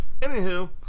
anywho